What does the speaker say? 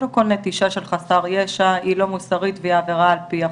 קודם כל נטישה של חסר ישע היא לא מוסרית והיא עבירה על פי החוק,